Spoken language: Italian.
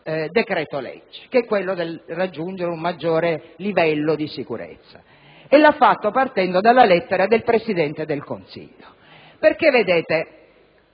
decreto-legge, che è quello di raggiungere un maggior livello di sicurezza; e lo ha fatto partendo dalla lettera del Presidente del Consiglio. Colleghi,